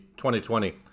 2020